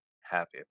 happy